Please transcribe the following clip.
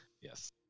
Yes